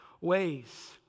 ways